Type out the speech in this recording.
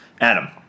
Adam